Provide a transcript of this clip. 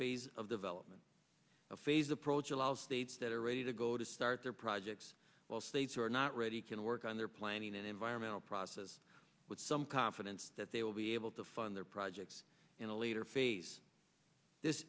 phase of development a phased approach allows states that are ready to go to start their projects well states are not ready can work on their planning and environmental process with some confidence that they will be able to fund their projects in a later face this